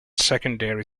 secondary